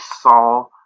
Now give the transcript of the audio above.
saw